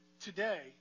today